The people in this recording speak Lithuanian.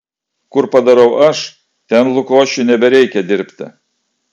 kur padarau aš ten lukošiui nebereikia dirbti